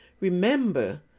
Remember